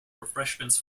refreshments